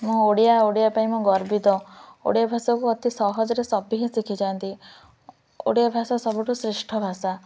ମୁଁ ଓଡ଼ିଆ ଓଡ଼ିଆ ପାଇଁ ମୁଁ ଗର୍ବିତ ଓଡ଼ିଆ ଭାଷାକୁ ଅତି ସହଜରେ ସବୁ ହିଁ ଶିଖିଯାନ୍ତି ଓଡ଼ିଆ ଭାଷା ସବୁଠୁ ଶ୍ରେଷ୍ଠ ଭାଷା